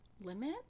limit